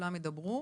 כולם ידברו.